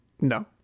no